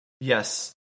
Yes